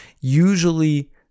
usually